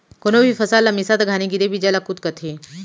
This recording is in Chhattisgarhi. कोनो भी फसल ला मिसत घानी गिरे बीजा ल कुत कथें